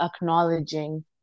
acknowledging